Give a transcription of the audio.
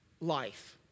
life